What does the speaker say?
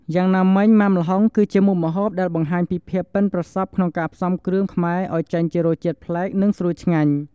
យ៉ាងណាមិញម៉ាំល្ហុងគឺជាមុខម្ហូបដែលបង្ហាញពីភាពប៉ិនប្រសប់ក្នុងការផ្សំគ្រឿងខ្មែរឲ្យចេញជារសជាតិប្លែក និងស្រួយឆ្ងាញ់។